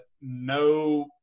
no